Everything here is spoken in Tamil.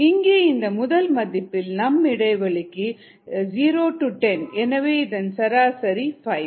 இங்கே இந்த முதல் மதிப்பில் நம் இடைவெளி 0 10 எனவே இதன் சராசரி 5